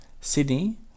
Sydney